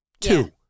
Two